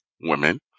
women